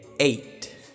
eight